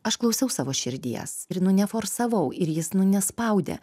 aš klausiau savo širdies ir nu ne forsavau ir jis nu nespaudė